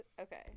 okay